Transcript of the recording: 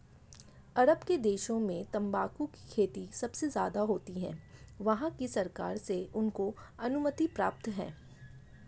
अरब के देशों में तंबाकू की खेती सबसे ज्यादा होती है वहाँ की सरकार से उनको अनुमति प्राप्त है